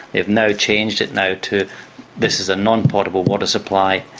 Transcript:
they've now changed it now to this is a non-potable water supply,